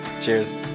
Cheers